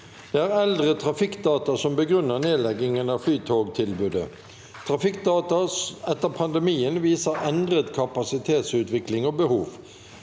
Det er eldre trafikkdata som begrunner nedlegging av Flytog-tilbudet. Trafikkdata etter pandemien viser endret kapasitetsutvikling og behov.